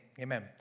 amen